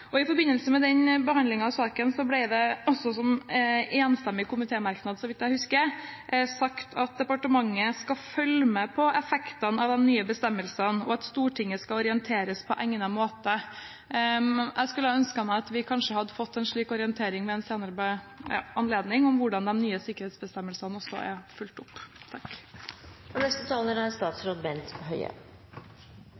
I forbindelse med den behandlingen av saken ble det – også i en enstemmig komitémerknad, så vidt jeg husker – sagt at departementet skal følge med på effekten av de nye bestemmelsene, og at Stortinget skal orienteres på egnet måte. Jeg skulle ønske at vi kanskje hadde fått en slik orientering ved en senere anledning, om hvordan de nye sikkerhetsbestemmelsene også er fulgt opp. Nå er det nok en tilfeldighet at justisministeren også er